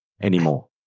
anymore